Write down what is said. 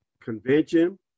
convention